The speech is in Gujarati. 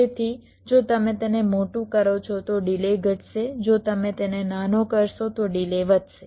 તેથી જો તમે તેને મોટું કરો છો તો ડિલે ઘટશે જો તમે તેને નાનો કરશો તો ડિલે વધશે